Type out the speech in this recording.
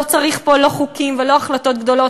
לא צריך פה לא חוקים ולא החלטות גדולות,